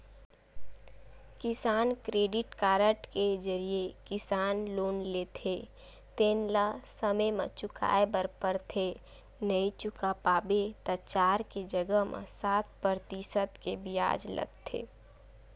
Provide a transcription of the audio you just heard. किसान credit card के जरिए किसान लोन लेथे तेन ल समे म चुकाए बर परथे नइ चुका पाबे त चार के जघा म सात परतिसत के बियाज लगथे